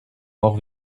mort